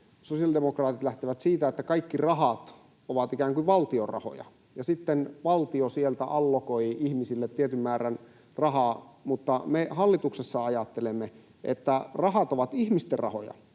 sosiaalidemokraatit lähtevät siitä, että kaikki rahat ovat ikään kuin valtion rahoja ja sitten valtio sieltä allokoi ihmisille tietyn määrän rahaa. Mutta me hallituksessa ajattelemme, että rahat ovat ihmisten rahoja,